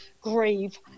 grieve